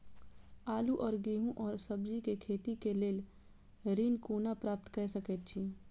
आलू और गेहूं और सब्जी के खेती के लेल ऋण कोना प्राप्त कय सकेत छी?